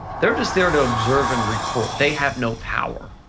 they're just there to observe and report, they have no power,